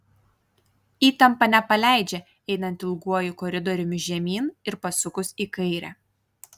įtampa nepaleidžia einant ilguoju koridoriumi žemyn ir pasukus į kairę